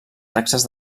taxes